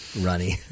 runny